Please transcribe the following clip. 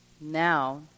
Now